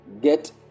get